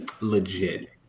legit